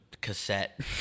cassette